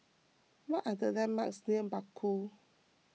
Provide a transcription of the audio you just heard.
what are the landmarks near Bakau